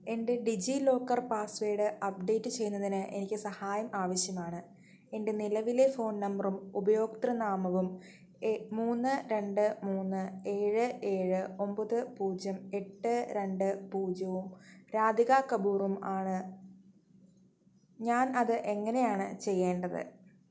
എൻ്റെ DigiLocker password update ചെയ്യുന്നതിന് എനിക്ക് സഹായം ആവശ്യമാണ് എൻ്റെ നിലവിലെ ഫോൺ നമ്പറും ഉപയോക്തൃ നാമവും മൂന്ന് രണ്ട് മൂന്ന് ഏഴ് ഏഴ് ഒൻപത് പൂജ്യം എട്ട് രണ്ട് പൂജ്യവും രാധിക കപൂറും ആണ് ഞാൻ അത് എങ്ങനെയാണ് ചെയ്യേണ്ടത്